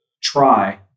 try